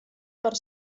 per